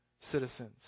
citizens